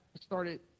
started